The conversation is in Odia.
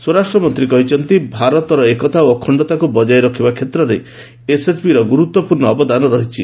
ସ୍ୱରାଷ୍ଟ୍ରମନ୍ତ୍ରୀ କହିଛନ୍ତି ଭାରତର ଏକତା ଓ ଅଖଣ୍ଡତାକୁ ବଜାୟ ରଖିବା କ୍ଷେତ୍ରରେ ଏସ୍ଏସ୍ବିର ଗୁରୁତ୍ୱପୂର୍ଣ୍ଣ ଅବଦାନ ରହିଛି